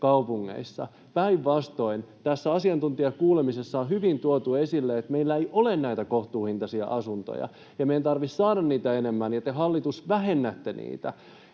päinvastoin. Tässä asiantuntijakuulemisessa on hyvin tuotu esille, että meillä ei ole näitä kohtuuhintaisia asuntoja ja meidän tarvitsisi saada niitä enemmän, ja te, hallitus, vähennätte niitä.